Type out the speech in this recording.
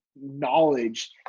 knowledge